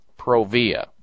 Provia